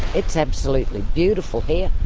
it's absolutely beautiful here.